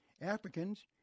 Africans